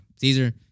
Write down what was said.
Caesar